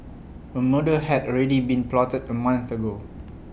A murder had already been plotted A month ago